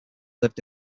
lived